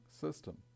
system